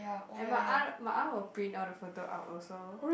and my aunt my aunt will print all the photo out also